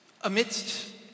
amidst